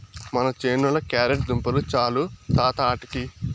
మన చేనుల క్యారెట్ దుంపలు చాలు తాత ఆటికి